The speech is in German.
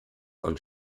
und